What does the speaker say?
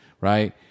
Right